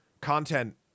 content